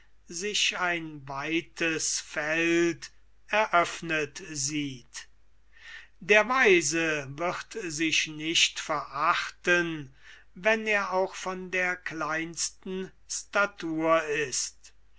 sich ein weites feld eröffnet sieht der weise wird sich nicht verachten wenn er auch von der kleinsten statur ist